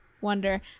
wonder